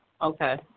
Okay